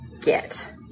get